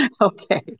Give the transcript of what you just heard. Okay